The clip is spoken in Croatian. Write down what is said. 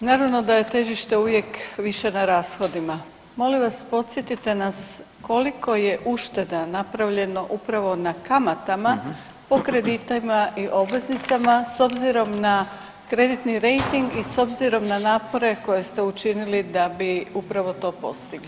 Naravno da je težište uvijek više na rashodima, molim vas podsjetite nas koliko je ušteda napravljeno upravo na kamatama po kreditima i obveznicama s obzirom na kreditni rejting i s obzirom na napore koje ste učinili da bi upravo to postigli?